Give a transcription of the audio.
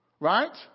Right